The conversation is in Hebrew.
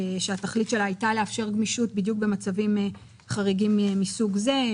שהתכלית שלה הייתה לאפשר גמישות בדיוק במצבים חריגים מסוג זה,